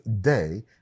day